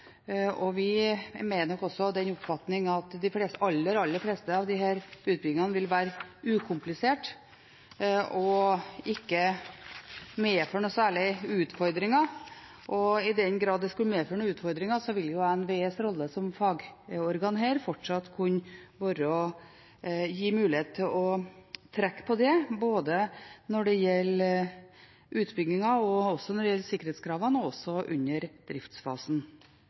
de aller fleste av disse utbyggingene vil være ukomplisert og ikke medføre noen særlige utfordringer, og i den grad det skulle medføre noen utfordringer, vil det med NVEs rolle som fagorgan fortsatt kunne være mulig å trekke på det når det gjelder både utbyggingen, sikkerhetskravene og under driftsfasen. Senterpartiet støtter derfor dette og